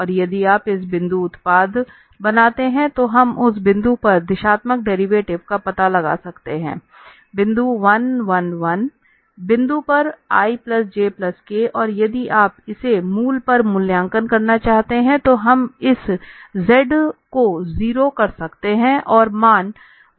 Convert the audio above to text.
और यदि आप इस बिंदु उत्पाद बनाते हैं तो हम उस बिंदु पर दिशात्मक डेरिवेटिव का पता लगा सकते हैं बिंदु 111 बिंदु पर i j k और यदि आप इसे मूल पर मूल्यांकन करना चाहते हैं तो हम इस z को 0 कर सकते हैं और मान वर्गमूल 3 होगा